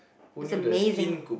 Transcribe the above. is amazing